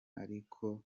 ariko